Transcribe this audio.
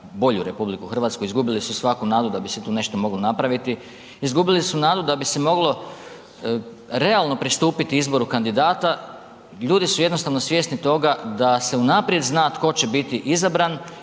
bolju RH izgubili su svaku nadu da bi se tu nešto moglo napraviti. Izgubili su nadu da bi se moglo realno pristupiti izboru kandidata, ljudi su jednostavno svjesni toga da se unaprijed zna tko će biti izabran